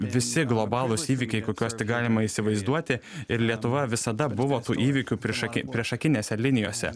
visi globalūs įvykiai kokius tik galima įsivaizduoti ir lietuva visada buvo tų įvykių priešaky priešakinėse linijose